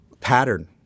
pattern